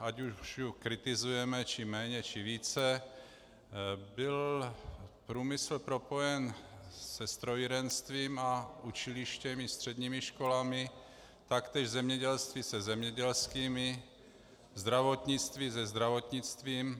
Ať už ji kritizujeme méně, či více, byl průmysl propojen se strojírenstvím a učilišti, středními školami, taktéž zemědělství se zemědělskými, zdravotnictví se zdravotnictvím.